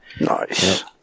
Nice